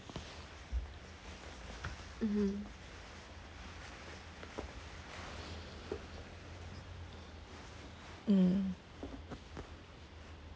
mmhmm mm